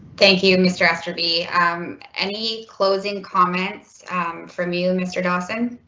thank you mr. aster be any closing comments um from you, mr dawson.